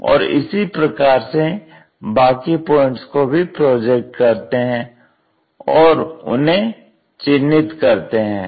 और इसी प्रकार से बाकी पॉइंट्स को भी प्रोजेक्ट करते हैं और उन्हें चिन्हित करते हैं